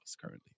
currently